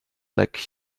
like